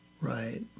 Right